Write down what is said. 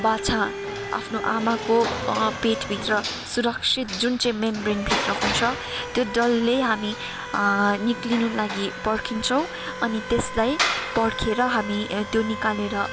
बाछा आफ्नो आमाको पेटभित्र सुरक्षित जुन चाहिँ मेम्ब्रेनभित्र हुन्छ त्यो डल्लै हामी निक्लिनु लागि पर्खिन्छौँ अनि त्यसलाई पर्खेर हामी त्यो निकालेर